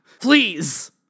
Please